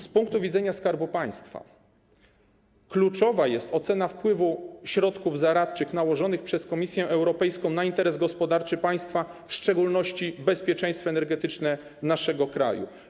Z punktu widzenia Skarbu Państwa kluczowa jest ocena wpływu środków zaradczych nałożonych przez Komisję Europejską na interes gospodarczy państwa, w szczególności bezpieczeństwo energetyczne naszego kraju.